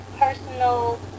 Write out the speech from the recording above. personal